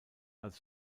als